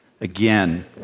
again